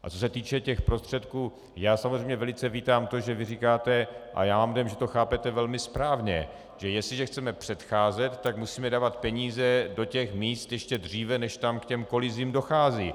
Co se týče prostředků, já samozřejmě velice vítám to, že vy říkáte, a já mám dojem, že to chápete velmi správně, že jestliže chceme předcházet, musíme dávat peníze do těch míst ještě dříve, než tam k těm kolizím dochází.